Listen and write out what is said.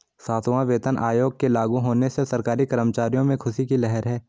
सातवां वेतन आयोग के लागू होने से सरकारी कर्मचारियों में ख़ुशी की लहर है